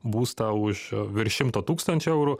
būstą už virš šimto tūkstančių eurų